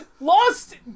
Lost